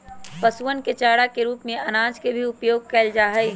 पशुअन के चारा के रूप में अनाज के भी उपयोग कइल जाहई